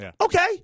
Okay